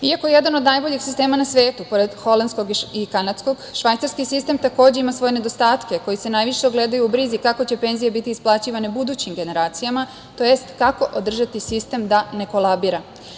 Iako jedan od najboljih sistema na svetu, pored holandskog i kanadskog, švajcarski sistem takođe ima svoje nedostatke koji se najviše ogledaju u brizi kako će penzije biti isplaćivane budućim generacijama, to jest kako održati sistem da ne kolabira.